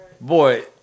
Boy